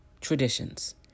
traditions